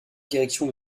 direction